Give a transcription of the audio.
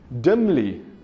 dimly